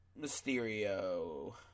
Mysterio